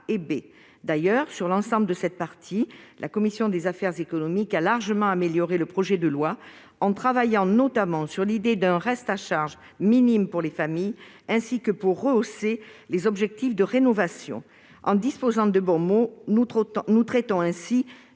D'ailleurs, sur l'ensemble de cette partie, la commission des affaires économiques a largement amélioré le projet de loi, en travaillant notamment sur l'idée d'un reste à charge minime pour les familles et en oeuvrant pour rehausser les objectifs de rénovation. En disposant des bons mots, nous traitons ainsi